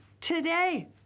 today